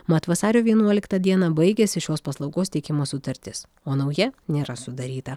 mat vasario vienuoliktą dieną baigiasi šios paslaugos teikimo sutartis o nauja nėra sudaryta